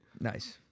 Nice